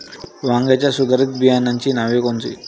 वांग्याच्या सुधारित बियाणांची नावे कोनची?